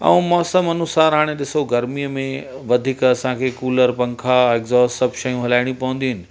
ऐं मौसमु अनुसार ॾिसो गर्मीअ में वधीक असांखे कुलर पंखा एग्जॉस्ट सभु शयूं हलाइणी पवंदी